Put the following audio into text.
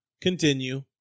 continue